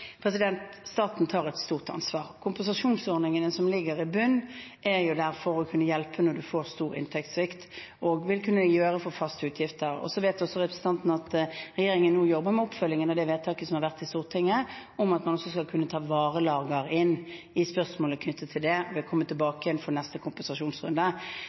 Staten tar et stort ansvar. Kompensasjonsordningene som ligger i bunn, er jo der for å kunne hjelpe når man får stor inntektssvikt, og vil kunne gjøre det for faste utgifter. Så vet også representanten at regjeringen nå jobber med oppfølgingen av vedtaket i Stortinget om at man også skal kunne ta inn varelager – til spørsmålet knyttet til det. Jeg kommer tilbake til det før neste kompensasjonsrunde.